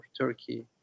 Turkey